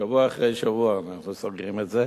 שבוע אחרי שבוע אנחנו סוגרים את זה.